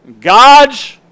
God's